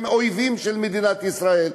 הם אויבים של מדינת ישראל.